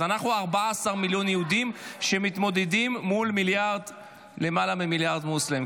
-- אז אנחנו 14 מיליון יהודים שמתמודדים מול למעלה ממיליארד מוסלמים.